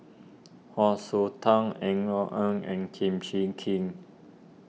Hsu Su Tang Eng Eng and Kim Chee Kin